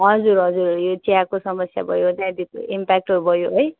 हजुर हजुर यो चियाको समस्या भयो त्यहाँदेखिको इम्प्याक्टहरू भयो है